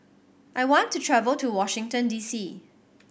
I want to travel to Washington D C